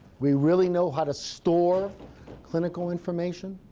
we really know how to store clinical information.